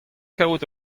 kaout